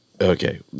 okay